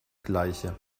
gleiche